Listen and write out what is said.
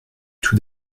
tout